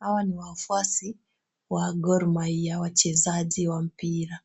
Hawa ni wafuasi wa Gor Mahia wachezaji wa mpira.